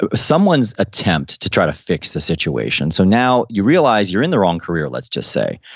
ah someone's attempt to try to fix the situation. so now, you realize you're in the wrong career, let's just say,